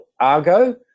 Argo